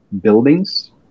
buildings